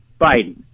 Biden